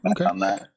okay